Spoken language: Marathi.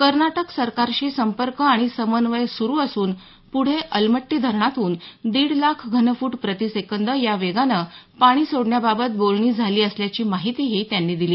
कर्नाटक सरकारशी सम्पर्क आणि समन्वय सुरू असून पुढं अलमट्टी धरणातून दीड लाख घनफूट प्रतिसेकंद या वेगानं पाणी सोडण्याबाबत बोलणी झाली असल्याची माहितीही त्यांनी दिली